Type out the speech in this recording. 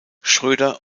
schröder